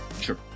Sure